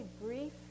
brief